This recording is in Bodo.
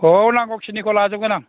औ नांगौखिनिखौ लाजोबगोन आं